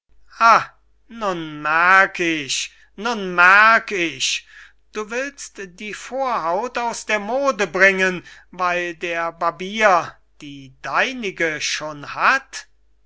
merk ich nun merk ich du willst die vorhaut aus der mode bringen weil der barbier die deinige schon hat